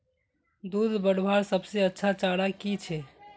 दूध बढ़वार सबसे अच्छा चारा की छे?